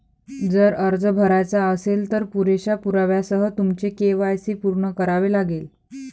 जर अर्ज भरायचा असेल, तर पुरेशा पुराव्यासह तुमचे के.वाय.सी पूर्ण करावे लागेल